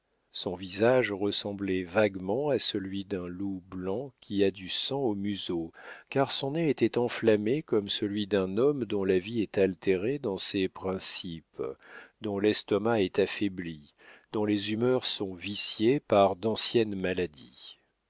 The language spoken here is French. son visage ressemblait vaguement à celui d'un loup blanc qui a du sang au museau car son nez était enflammé comme celui d'un homme dont la vie est altérée dans ses principes dont l'estomac est affaibli dont les humeurs sont viciées par d'anciennes maladies